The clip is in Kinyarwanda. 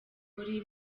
polly